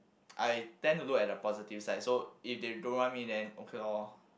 I tend to look at the positive side so if they don't want me then okay lor